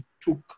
took